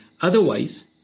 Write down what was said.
Otherwise